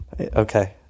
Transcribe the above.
Okay